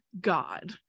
God